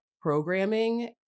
programming